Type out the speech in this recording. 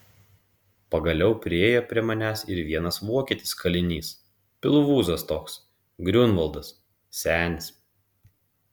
pagaliau priėjo prie manęs ir vienas vokietis kalinys pilvūzas toks griunvaldas senis